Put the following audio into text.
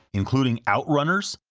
including outrunners